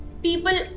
People